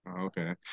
Okay